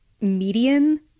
median